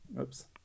Oops